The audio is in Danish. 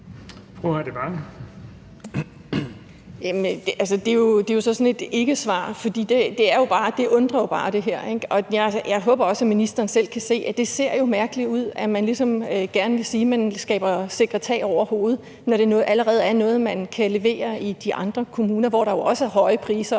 det er så sådan et ikkesvar, for det her undrer jo bare. Jeg håber også, at ministeren selv kan se, at det jo ser mærkeligt ud, at man ligesom gerne vil sige, at man sikrer dem tag over hovedet, når det nu allerede er noget, man kan levere i de andre kommuner, hvor der jo også er høje priser